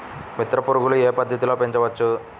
మిత్ర పురుగులు ఏ పద్దతిలో పెంచవచ్చు?